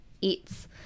eats